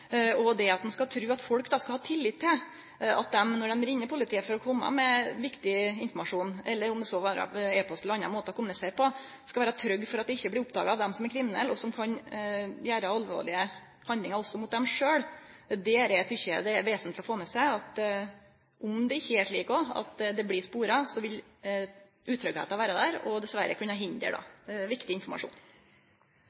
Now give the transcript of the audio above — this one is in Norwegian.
Det at folk som ringjer politiet for å kome med viktig informasjon, eller kommuniserer via e-post eller på annan måte, kan ha tillit til og vere trygge for at dei ikkje blir oppdaga av dei som er kriminelle, og som kan gjere alvorlege handlingar også mot dei sjølve, tykkjer er eg vesentleg å ha med. Også om det er slik at det ikkje blir spora, vil utryggleiken vere der og dessverre kunne hindre